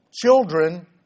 Children